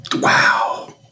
Wow